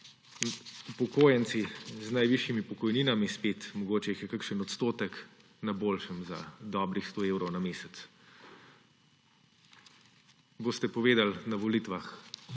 upokojenci z najvišjimi pokojninami spet – mogoče jih je kakšen odstotek – na boljšem za dobrih sto evrov na mesec. Boste povedali na volitvam